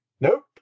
Nope